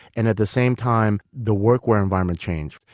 and at the same time the workwear environment change.